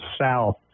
south